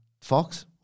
Fox